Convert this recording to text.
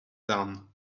done